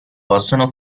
possono